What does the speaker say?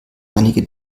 einige